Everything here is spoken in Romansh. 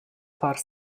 far